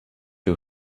you